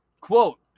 Quote